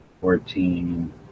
fourteen